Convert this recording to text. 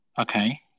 Okay